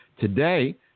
Today